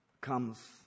comes